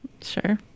Sure